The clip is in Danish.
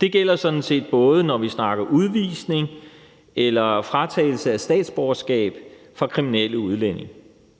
Det gælder sådan set, både når vi snakker udvisning, og når vi snakker fratagelse af statsborgerskab for kriminelle udlændinge.